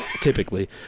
typically